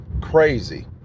crazy